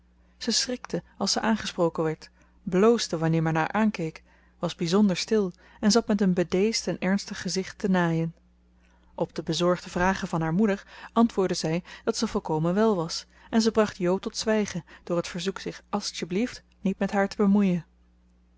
ze schrikte als ze aangesproken werd bloosde wanneer men haar aankeek was bizonder stil en zat met een bedeesd en ernstig gezicht te naaien op de bezorgde vragen van haar moeder antwoordde zij dat ze volkomen wel was en ze bracht jo tot zwijgen door het verzoek zich alstjeblieft niet met haar te bemoeien